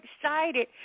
excited